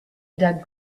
doug